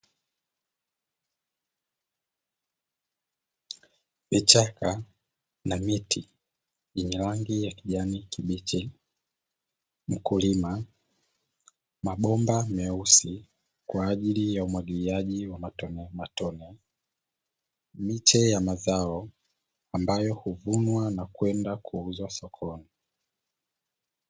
Vichaka na miti yenye rangi ya kijani kibichi. Mkulima, mabomba meusi kwa ajili ya umwagiliaji wa matonematone. Miche ya mazao ambayo huvunwa na kwenda kuuzwa sokoni.